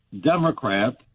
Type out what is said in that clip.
Democrat